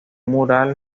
mural